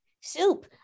Soup